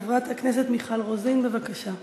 חברת הכנסת מיכל רוזין, בבקשה.